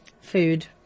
Food